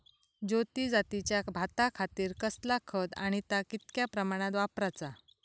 ज्योती जातीच्या भाताखातीर कसला खत आणि ता कितक्या प्रमाणात वापराचा?